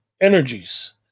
energies